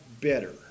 better